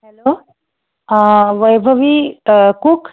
hello Vaibhavi cook